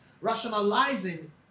rationalizing